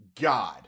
God